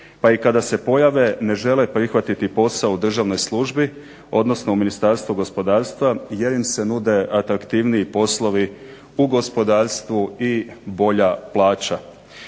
pa i kada se pojave ne žele prihvatiti posao u državnoj službi odnosno u Ministarstvu gospodarstva jer im se nude atraktivniji poslovi u gospodarstvu i bolja plaća.